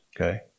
okay